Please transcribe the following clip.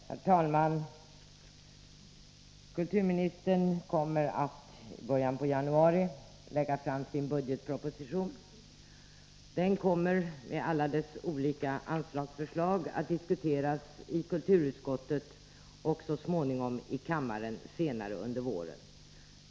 Herr talman! Kulturministern kommer i början av januari att lägga fram sin budgetproposition. Den kommer med alla sina olika anslagsförslag att diskuteras i kulturutskottet och senare under våren också i kammaren.